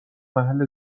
محل